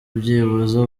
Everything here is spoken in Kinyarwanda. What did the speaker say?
byibuze